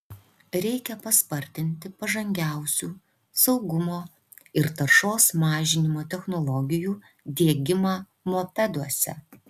reikia paspartinti pažangiausių saugumo ir taršos mažinimo technologijų diegimą mopeduose